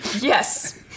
Yes